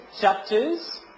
chapters